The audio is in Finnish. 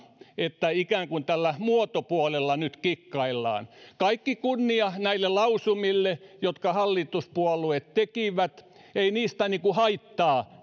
että ikään kuin tällä muotopuolella nyt kikkaillaan kaikki kunnia näille lausumille jotka hallituspuolueet tekivät ei niistä haittaa